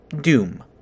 doom